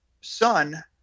son